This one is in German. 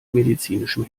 medizinischem